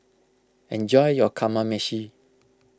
enjoy your Kamameshi